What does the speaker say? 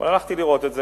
אבל הלכתי לראות את זה,